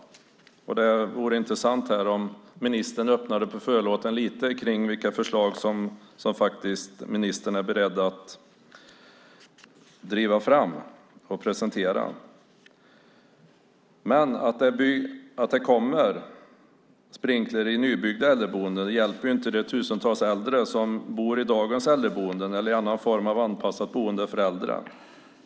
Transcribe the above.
Det vore intressant om ministern här öppnade på förlåten lite grann kring vilka förslag som han faktiskt är beredd att driva fram och presentera. Att det kommer att bli sprinkler i nybyggda äldreboenden hjälper inte de tusentals äldre som bor i dagens äldreboenden eller i annan form av anpassat boende för äldre.